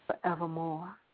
forevermore